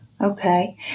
Okay